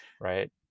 right